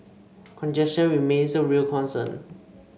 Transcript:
congestion remains a real concern